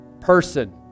person